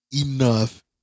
enough